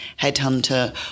headhunter